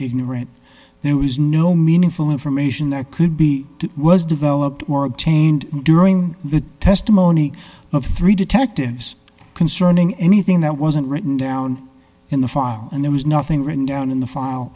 ignorant there is no meaningful information that could be was developed or obtained during the testimony of three detectives concerning anything that wasn't written down in the file and there was nothing written down in the file